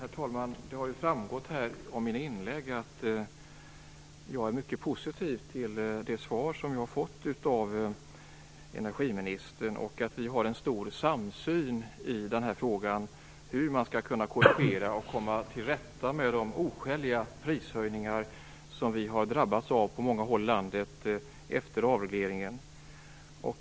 Herr talman! Som det har framgått av mina inlägg är jag mycket positiv till det svar jag har fått av energiministern. Vi har en stor samsyn i frågan om hur man skall kunna korrigera och komma till rätta med de oskäliga prishöjningar som konsumenterna har drabbats av på många håll i landet efter avregleringen.